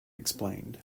explained